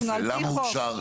אנחנו על פי חוק.